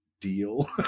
deal